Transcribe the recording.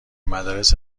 مدارس